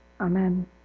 Amen